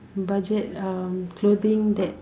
budget um clothing that